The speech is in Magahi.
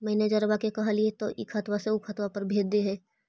मैनेजरवा के कहलिऐ तौ ई खतवा से ऊ खातवा पर भेज देहै?